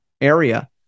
area